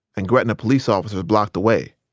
and gretna police officers blocked the way.